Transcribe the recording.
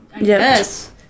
Yes